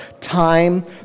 time